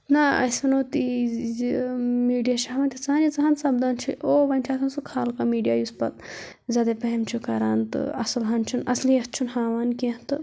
نَہ أسۍ وَنو تی زِ میٖڈیا چھُ ہاوان تیٖژہ ہن ییٖژہ ہن سپدان چھِ اور وۄنۍ چھُ آسان سُہ خال کانٛہہ میٖڈیا یُس پتہٕ زیادے پہم چھُ کَران تہٕ اَصٕل ہن چھُنہٕ اَصلیت چھُنہٕ ہاوان کیٚنٛہہ تہٕ